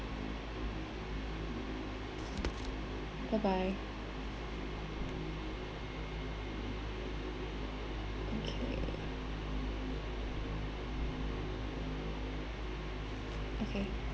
bye bye okay okay